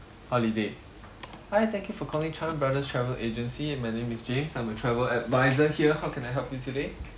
holiday hi thank you for calling chan brothers travel agency my name is james I'm a travel advisor here how can I help you today